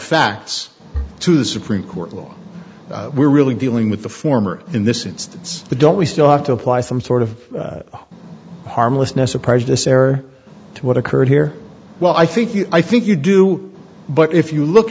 facts to the supreme court law we're really dealing with the former in this instance the don't we still have to apply some sort of harmlessness or prejudice error to what occurred here well i think you i think you do but if you look